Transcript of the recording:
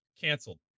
canceled